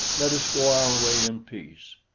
let us go our way in peace.